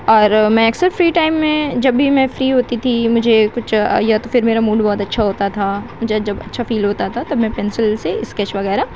اور میں اکثر فری ٹائم میں جب بھی میں فری ہوتی تھی مجھے کچھ یا تو پھر میرا موڈ بہت اچھا ہوتا تھا مجھے جب اچھا فیل ہوتا تھا تب میں پینسل سے اسکیچ وغیرہ